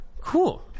Cool